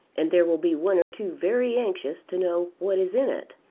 and there will be one or two very anxious to know what is in it.